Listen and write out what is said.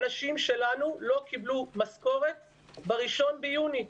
האנשים שלנו לא קיבלו משכורת ב-1 ביוני.